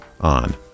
on